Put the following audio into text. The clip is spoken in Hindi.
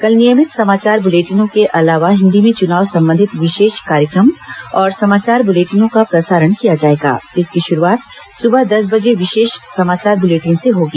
कल नियमित समाचार बुलेटिनों के अलावा हिन्दी में चुनाव संबंधी विशेष कार्यक्रम और समाचार बुलेटिनों का प्रसारण किया जाएगा जिसकी शुरूआत सुबह दस बजे विशेष समाचार बुलेटिन से होगी